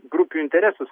grupių interesus